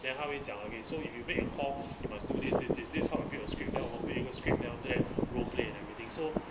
then 他会讲 hami so if you make a call you must do this this this this is how you build 一个 script then after that roleplay and everything so